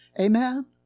Amen